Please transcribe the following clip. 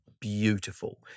beautiful